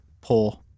poor